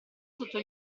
sotto